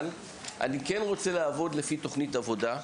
אבל אני כן רוצה לעבוד לפי תוכנית עבודה,